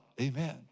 Amen